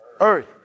earth